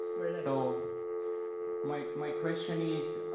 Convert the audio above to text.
very nice. so my my question is